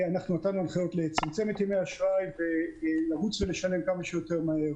אנחנו נתנו הנחיות לצמצם את ימי האשראי ולרוץ ולשלם כמה שיותר מהר.